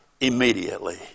immediately